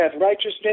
righteousness